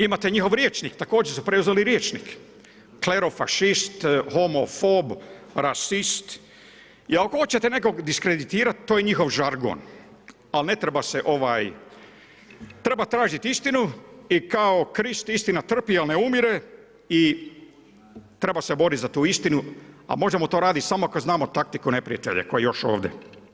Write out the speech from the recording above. Imate njihov rječnik, također su preuzeli riječnik, klerofašist, homofob, rasist, jel hoćete nekoga diskreditirati, to je njihov žargon, ali ne treba se ovaj, treba tražiti istinu i kao Krist istina trpi i ne umire i treba se boriti za tu istinu, a možemo to raditi samo ako znamo taktiku neprijatelja koji je još ovdje.